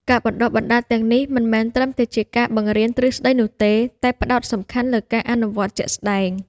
ការបណ្តុះបណ្តាលទាំងនេះមិនមែនត្រឹមតែជាការបង្រៀនទ្រឹស្តីនោះទេ តែផ្តោតសំខាន់លើការអនុវត្តជាក់ស្តែង។